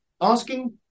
asking